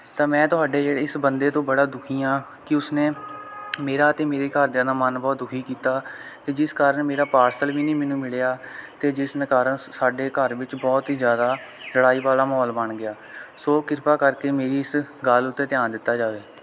ਤਾਂ ਮੈਂ ਤੁਹਾਡੇ ਜਿਹੜੇ ਇਸ ਬੰਦੇ ਤੋਂ ਬੜਾ ਦੁਖੀ ਹਾਂ ਕਿ ਉਸਨੇ ਮੇਰਾ ਅਤੇ ਮੇਰੇ ਘਰਦਿਆਂ ਦਾ ਮਨ ਬਹੁਤ ਦੁਖੀ ਕੀਤਾ ਅਤੇ ਜਿਸ ਕਾਰਨ ਮੇਰਾ ਪਾਰਸਲ ਵੀ ਨਹੀਂ ਮੈਨੂੰ ਮਿਲਿਆ ਅਤੇ ਜਿਸ ਕਾਰਨ ਸਾਡੇ ਘਰ ਵਿੱਚ ਬਹੁਤ ਹੀ ਜ਼ਿਆਦਾ ਲੜਾਈ ਵਾਲਾ ਮਾਹੌਲ ਬਣ ਗਿਆ ਸੋ ਕਿਰਪਾ ਕਰਕੇ ਮੇਰੀ ਇਸ ਗੱਲ ਉੱਤੇ ਧਿਆਨ ਦਿੱਤਾ ਜਾਵੇ